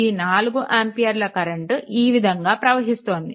ఈ 4 ఆంపియర్ల కరెంట్ ఈ విధంగా ప్రవహిస్తోంది